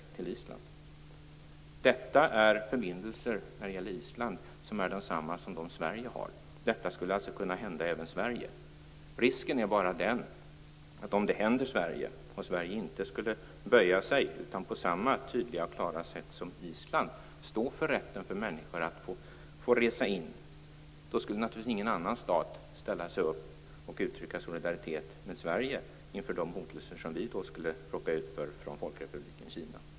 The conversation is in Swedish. Detta handlar om förbindelser som är desamma som Sverige har med Kina. Detta skulle alltså kunna hända även Sverige. Risken är bara att om det händer Sverige och Sverige inte skulle böja sig utan på samma tydliga och klara sätt som Island stod för rätten för människor att resa in i landet, skulle ingen annan stat ställa sig upp och uttrycka solidaritet med Sverige inför de hotelser som vi skulle råka ut för från Folkrepubliken Kina.